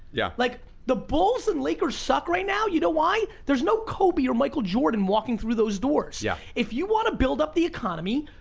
yeah. like the bulls and lakers suck right now. you know why? there's no kobe or michael jordan walking through those yeah. if you wanna build up the economy,